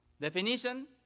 definition